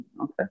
Okay